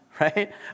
right